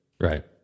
Right